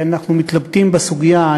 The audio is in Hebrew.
אנחנו מתלבטים בסוגיה.